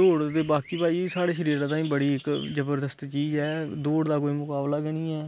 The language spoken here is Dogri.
दौड़ ते बाकी भाई साढ़े शरीरै ताईं बड़ी इक जबरदस्त चीज ऐ दौड़ दा कोई मुकाबला गै निं ऐ